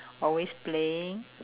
always playing